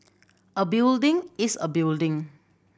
a building is a building